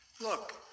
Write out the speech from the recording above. Look